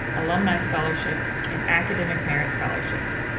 alumni scholarship and academic merit scholarships.